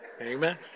Amen